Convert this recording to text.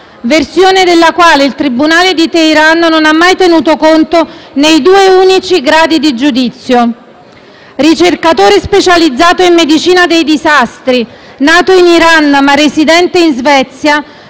Versione della quale il tribunale di Teheran non ha mai tenuto conto nei due unici gradi di giudizio. Ricercatore specializzato in medicina dei disastri, nato in Iran ma residente in Svezia,